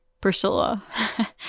Priscilla